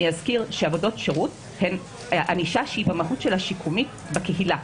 אני אזכיר שעבודות שירות הן ענישה שהיא במהות שלה שיקומית בקהילה,